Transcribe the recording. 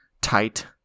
tight